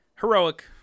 heroic